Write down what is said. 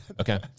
Okay